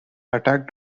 attack